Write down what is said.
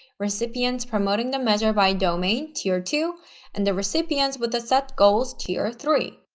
recipients promoting the measure by domain tier two and the recipients with the set goals tier three.